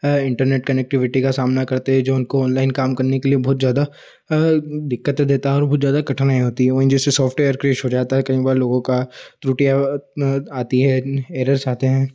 high internet connectivity का सामना करते हैं जो उनको ऑनलाइन काम करने के लिए बहुत ज़्यादा दिक्कतें देता और वो बहुत ज़्यादा कठिनाई होती है वहीं जैसे सौफ्टवेयर क्रेश हो जाता है कई बार लोगों का त्रुटियाँ आती है एरर्स आते हैं